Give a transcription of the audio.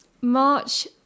March